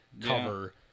cover